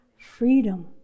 Freedom